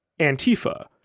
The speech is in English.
Antifa